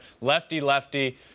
lefty-lefty